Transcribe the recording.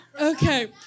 Okay